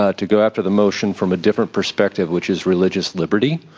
ah to go after the motion from a different perspective which is religious liberty.